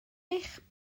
eich